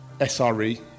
SRE